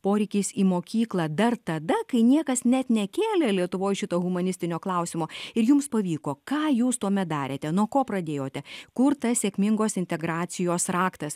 poreikiais į mokyklą dar tada kai niekas net nekėlė lietuvoj šito humanistinio klausimo ir jums pavyko ką jūs tuomet darėte nuo ko pradėjote kur tas sėkmingos integracijos raktas